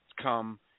come